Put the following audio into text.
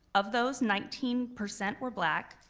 of those, nineteen percent were black,